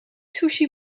sushi